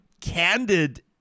candid